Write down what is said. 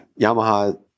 Yamaha